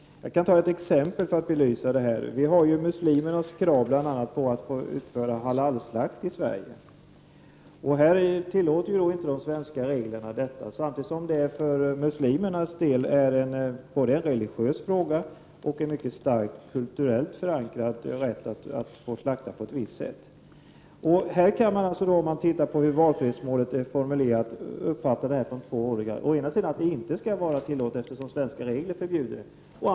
Jag kan ta ett exempel för att belysa detta. Vi har muslimska krav bl.a. på att få ha halalslakt i Sverige. De svenska reglerna tillåter inte detta. För muslimer är det både en religiös fråga och mycket starkt kulturellt förankrat att få slakta på detta sätt. Med tanke på hur valfrihetsmålet är formulerat kan man tolka det på två sätt. Å ena sidan skall man inte tillåta detta, eftersom de svenska reglerna förbjuder sådant.